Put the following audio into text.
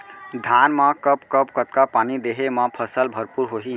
धान मा कब कब कतका पानी देहे मा फसल भरपूर होही?